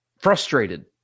frustrated